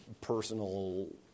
personal